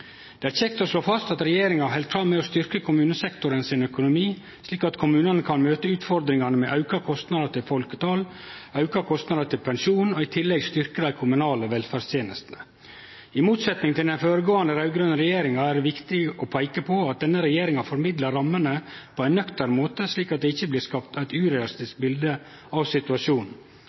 Det er kjekt å slå fast at regjeringa held fram med å styrkje kommunesektoren sin økonomi, slik at kommunane kan møte utfordringane med auka kostnader til folketalsauke og auka kostnader til pensjon, og i tillegg styrkje dei kommunale velferdstenestene. I motsetning til den føregåande raud-grøne regjeringa er det viktig å peike på at denne regjeringa formidlar rammene på ein nøktern måte, slik at det ikkje blir skapt eit urealistisk bilde av situasjonen.